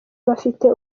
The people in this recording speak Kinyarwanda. bafite